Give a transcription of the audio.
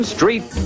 Street